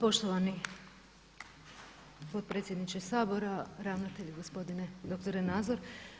Poštovani potpredsjedniče Sabora, ravnatelju gospodine doktore Nazor.